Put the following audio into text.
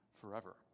forever